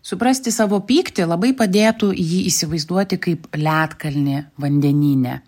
suprasti savo pyktį labai padėtų jį įsivaizduoti kaip ledkalnį vandenyne